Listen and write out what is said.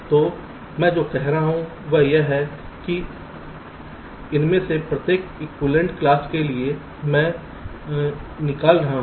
तो मैं जो कह रहा हूं वह यह है कि इनमें से प्रत्येक एक्विवैलेन्ट क्लास के लिए मैं निकाल रहा हूँ